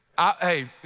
Hey